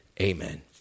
amen